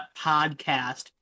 podcast